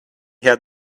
had